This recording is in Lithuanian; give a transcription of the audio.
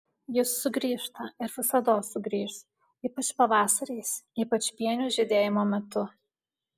jis sugrįžta ir visados sugrįš ypač pavasariais ypač pienių žydėjimo metu